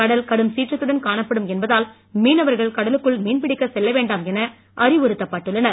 கடல் கடும் சிற்றத்துடன் காணப்படும் என்பதால் மீனவர்கள் கடலுக்குள் மீன் பிடிக்கச் செல்லவேண்டாம் என அறிவுறுத்தப்பட்டுள்ளனர்